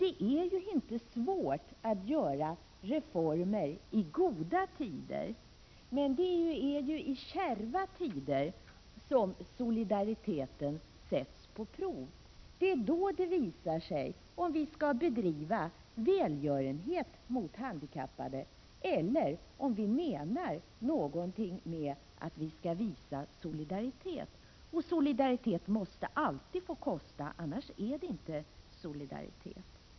Det är ju inte svårt att genomföra reformer i goda tider. Det är i kärva tider som solidariteten sätts på prov. Det är då det visar sig om vi skall bedriva välgörenhet mot handikappade eller om vi menar någonting med att vi skall visa solidaritet. Och solidaritet måste alltid få kosta — annars är det inte solidaritet.